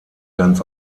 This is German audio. ganz